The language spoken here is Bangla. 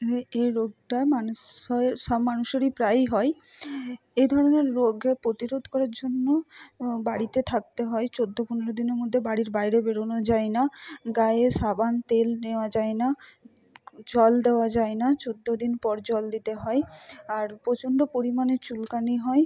এ এ রোগটা মানুষ সব মানুষেরই প্রায়ই হয় এ ধরনের রোগে প্রতিরোধ করার জন্য বাড়িতে থাকতে হয় চোদ্দ পনেরো দিনের মধ্যে বাড়ির বাইরে বেরনো যায় না গায়ে সাবান তেল নেওয়া যায় না জল দেওয়া যায় না চোদ্দ দিন পর জল দিতে হয় আর প্রচন্ড পরিমাণে চুলকানি হয়